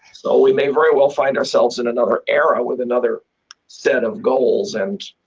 so we may very well find ourselves in another era with another set of goals. and